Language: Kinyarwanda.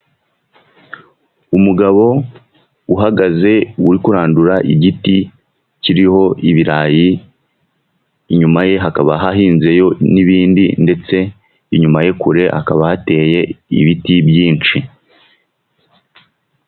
Umugabo uhagaze uri kurandura igiti kiriho ibirayi, inyuma ye hakaba hahinzeyo n'ibindi ndetse inyuma ye kure hakaba hateye ibiti byinshi.